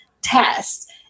test